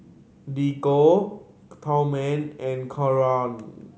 Diego Tillman and Clora